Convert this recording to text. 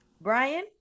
Brian